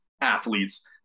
athletes